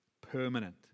Permanent